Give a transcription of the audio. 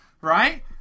right